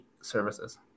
services